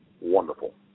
wonderful